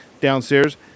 downstairs